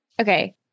okay